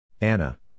Anna